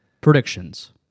Predictions